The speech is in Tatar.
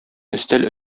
өстәл